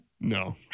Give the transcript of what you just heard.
No